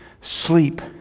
sleep